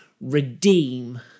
redeem